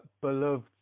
beloved